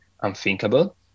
unthinkable